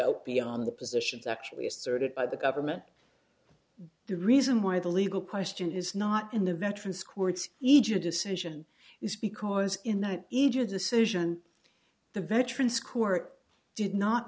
mean beyond the positions actually asserted by the government the reason why the legal question is not in the veterans courts ija decision is because in the ija decision the veterans court did not